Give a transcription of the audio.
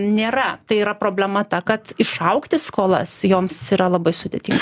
nėra tai yra problema ta kad išaugti skolas joms yra labai sudėtinga